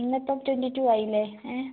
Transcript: ഇന്നിപ്പം twenty two ആയില്ലെ ഏ